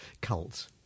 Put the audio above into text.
cult